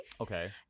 okay